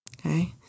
Okay